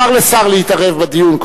מותר לשר להתערב בדיון.